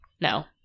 no